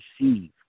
receive